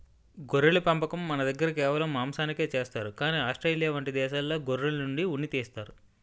గొర్రెల పెంపకం మనదగ్గర కేవలం మాంసానికే చేస్తారు కానీ ఆస్ట్రేలియా వంటి దేశాల్లో గొర్రెల నుండి ఉన్ని తీస్తారు